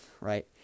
right